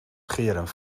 scheren